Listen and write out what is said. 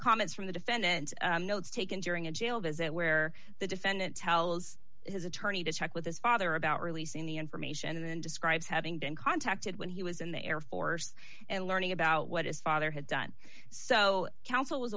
comments from the defendant notes taken during a jail visit where the defendant tells his attorney to check with his father about releasing the information and describes having been contacted when he was in the air force and learning about what his father had done so council was